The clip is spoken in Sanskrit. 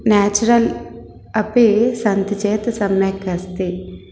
न्याचुरल् अपि सन्ति चेत् सम्यक् अस्ति